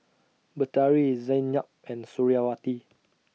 Batari Zaynab and Suriawati